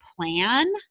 plan